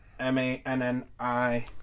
M-A-N-N-I